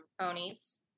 ponies